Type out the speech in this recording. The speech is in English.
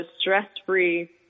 stress-free